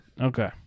Okay